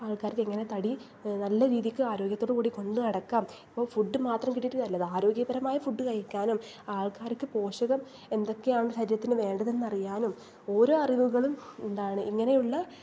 ആൾക്കാർക്കെങ്ങനെ തടി നല്ല രീതിക്ക് ആരോഗ്യത്തോട് കൂടി കൊണ്ട് നടക്കാം അപ്പോൾ ഫുഡ് മാത്രം കിട്ടിയിട്ട് കാര്യമില്ല അത് ആരോഗ്യപരമായ ഫുഡ് കഴിക്കാനും ആൾക്കാർക്ക് പോഷകം എന്തൊക്കെയാണ് ശരീരത്തിന് വേണ്ടതെന്നറിയാനും ഓരോ അറിവുകളും ഉണ്ടാകണം ഇങ്ങനെയുള്ള